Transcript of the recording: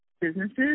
businesses